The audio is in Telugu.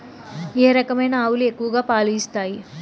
ఏ రకమైన ఆవులు ఎక్కువగా పాలు ఇస్తాయి?